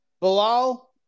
Bilal